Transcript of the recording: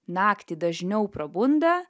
naktį dažniau prabunda